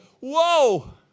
whoa